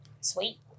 Sweet